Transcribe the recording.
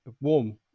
warm